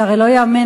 זה הרי לא ייאמן,